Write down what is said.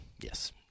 Yes